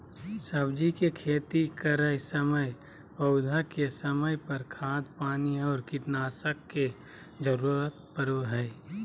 सब्जी के खेती करै समय पौधा के समय पर, खाद पानी और कीटनाशक के जरूरत परो हइ